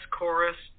chorus